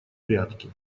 прятки